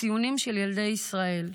הציונים של ילדי ישראל.